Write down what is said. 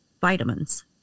vitamins